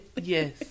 Yes